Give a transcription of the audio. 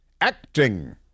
Acting